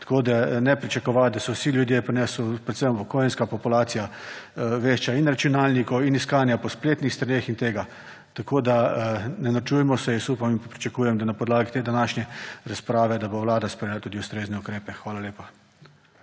tako da ne pričakovati, da so vsi ljudje pri nas, predvsem upokojenska populacija, vešča in računalnikov in iskanja po spletnih straneh in tega. Tako da, ne norčujmo se Upam in pričakujem, da bo na podlagi te današnje razprave Vlada sprejela tudi ustrezne ukrepe. Hvala lepa.